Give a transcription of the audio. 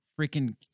freaking